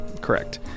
correct